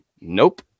Nope